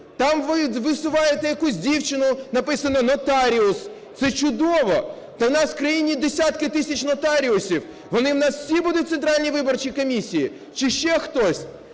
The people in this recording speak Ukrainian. Там висувають якусь дівчину, написано "нотаріус". Це чудово, та в нас в країні десятки тисяч нотаріусів, вони в нас всі будуть в Центральній виборчій комісії чи ще хтось?